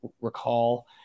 recall